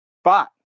spot